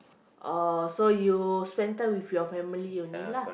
orh so you spent time with your family only lah